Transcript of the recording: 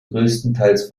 größtenteils